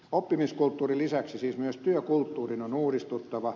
oppimiskulttuurin lisäksi siis myös työkulttuurin on uudistuttava